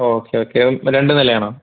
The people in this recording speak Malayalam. ഓക്കെ ഓക്കെ രണ്ട് നിലയാണോ